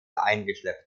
eingeschleppt